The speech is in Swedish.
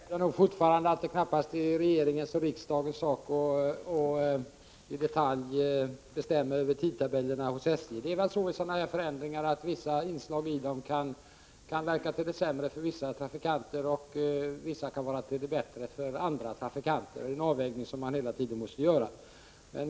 Herr talman! Jag hävdar fortfarande att det knappast är regeringens och riksdagens sak att i detalj bestämma över tidtabellerna hos SJ. Vissa inslag i sådana här förändringar kan verka till det sämre för en del trafikanter och vissa kan vara till det bättre för andra trafikanter. Man måste hela tiden göra en avvägning.